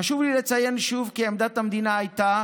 חשוב לי לציין שוב כי עמדת המדינה הייתה